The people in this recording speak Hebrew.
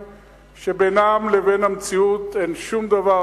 שבינן לבין המציאות אין שום דבר,